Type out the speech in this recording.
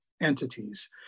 entities